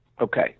Okay